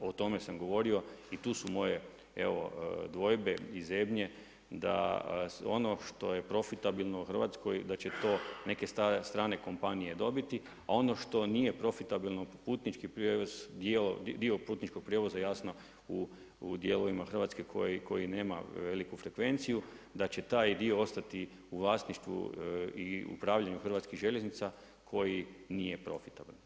O tome sam govorio i tu su moje, evo dvojbe i zebnje da ono što je profitabilno u Hrvatskoj da će to neke strane kompanije dobiti a ono što nije profitabilno, putnički prijevoz, dio putničkog prijevoza jasno u dijelovima Hrvatske koji nema veliku frekvenciju da će taj dio ostati u vlasništvu i u upravljanju Hrvatskih željeznica koji nije profitabilan.